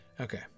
Okay